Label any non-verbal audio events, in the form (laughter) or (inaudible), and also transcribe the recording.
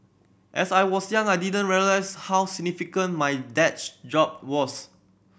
as I was young I didn't realise how significant my dad (unintelligible) job was